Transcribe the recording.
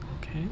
Okay